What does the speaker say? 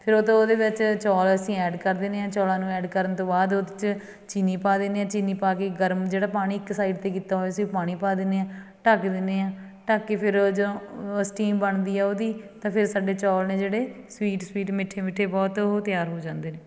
ਫਿਰ ਉਦੋਂ ਉਹਦੇ ਵਿੱਚ ਚੌਲ ਅਸੀਂ ਐਡ ਕਰ ਦਿੰਦੇ ਹਾਂ ਚੌਲਾਂ ਨੂੰ ਐਡ ਕਰਨ ਤੋਂ ਬਾਅਦ ਉਹਦੇ 'ਚ ਚੀਨੀ ਪਾ ਦਿੰਦੇ ਹਾਂ ਚੀਨੀ ਪਾ ਕੇ ਗਰਮ ਜਿਹੜਾ ਪਾਣੀ ਇੱਕ ਸਾਈਡ 'ਤੇ ਕੀਤਾ ਹੋਇਆ ਸੀ ਉਹ ਪਾਣੀ ਪਾ ਦਿੰਦੇ ਹਾਂ ਢੱਕ ਦਿੰਦੇ ਹਾਂ ਢੱਕ ਕੇ ਫਿਰ ਜਦੋਂ ਸਟੀਮ ਬਣਦੀ ਆ ਉਹਦੀ ਤਾਂ ਫਿਰ ਸਾਡੇ ਚੌਲ ਨੇ ਜਿਹੜੇ ਸਵੀਟ ਸਵੀਟ ਮਿੱਠੇ ਮਿੱਠੇ ਬਹੁਤ ਉਹ ਤਿਆਰ ਹੋ ਜਾਂਦੇ ਨੇ